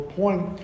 point